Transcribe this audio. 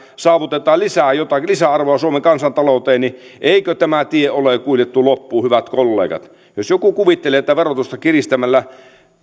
saavutetaan lisäarvoa suomen kansantalouteen niin eikö tämä tie ole kuljettu loppuun hyvät kollegat jos joku kuvittelee että verotusta kiristämällä